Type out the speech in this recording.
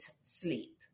sleep